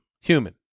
Human